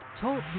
talk